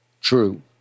True